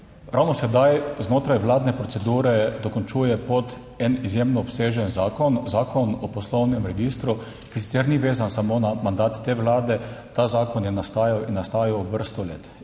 Ravno sedaj znotraj vladne procedure dokončuje pot en izjemno obsežen zakon, Zakon o poslovnem registru, ki sicer ni vezan samo na mandat te Vlade. Ta zakon je nastajal in nastajal vrsto let.